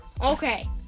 Okay